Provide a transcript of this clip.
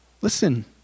Listen